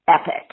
Epic